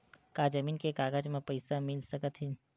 का जमीन के कागज म पईसा मिल सकत हे?